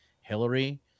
Hillary